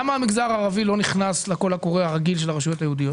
למה המגזר הערבי לא נכנס לקול הקורא הרגיל של הרשויות היהודיות?